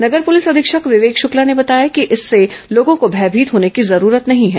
नगर police अधीक्षक विवेक शुक्ला ने बताया कि इससे लोगों को भयभीत होने की जरूरत नहीं है